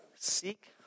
Seek